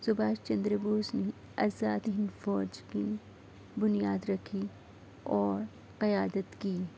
سبھاش چندر بوس نے آزاد ہند فوج کی بنیاد رکھی اور قیادت کی